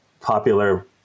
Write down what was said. popular